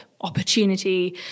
opportunity